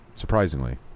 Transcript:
Surprisingly